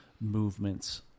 movements